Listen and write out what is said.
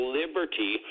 liberty